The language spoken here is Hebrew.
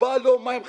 בא לו - מים חמים,